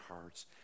hearts